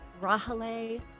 Rahale